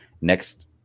next